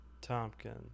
Tompkins